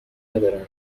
ندارن